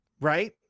right